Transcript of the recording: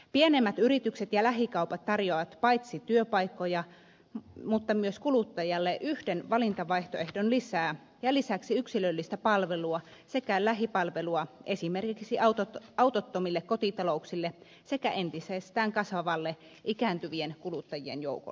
pienemmät yritykset ja lähikaupat tarjoavat paitsi työpaikkoja myös kuluttajalle yhden valintavaihtoehdon lisää ja lisäksi yksilöllistä palvelua sekä lähipalvelua esimerkiksi autottomille kotitalouksille sekä entisestään kasvavalle ikääntyvien kuluttajien joukolle